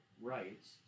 rights